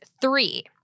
three